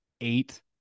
Eight